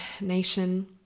Nation